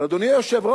אבל, אדוני היושב-ראש,